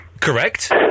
Correct